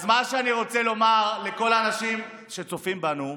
אז מה שאני רוצה לומר לכל האנשים שצופים בנו: